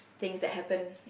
things that happen